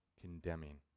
condemning